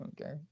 Okay